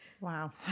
Wow